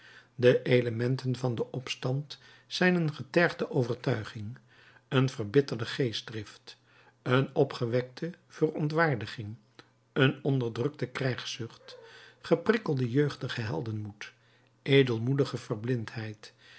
de elementen van den opstand zijn een getergde overtuiging een verbitterde geestdrift een opgewekte verontwaardiging een onderdrukte krijgszucht geprikkelde jeugdige heldenmoed edelmoedige